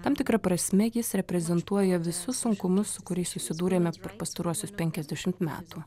tam tikra prasme jis reprezentuoja visus sunkumus su kuriais susidūrėme per pastaruosius penkiasdešimt metų